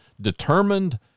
determined